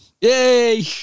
Yay